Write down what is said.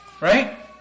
Right